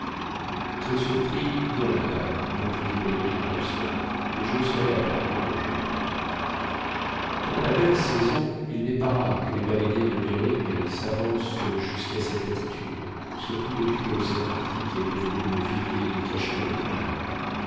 très surpris non madame répondit le lieutenant hobson mais je le serais agréablement je l'avoue pendant la belle saison il n'est pas rare que les baleiniers de behring s'avancent jusqu'à cette latitude surtout depuis que l'océan arctique est devenu le vivier des cachalots et des baleines